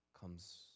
comes